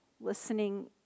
listening